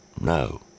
No